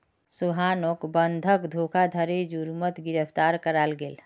सोहानोक बंधक धोकधारी जुर्मोत गिरफ्तार कराल गेल